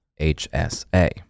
HSA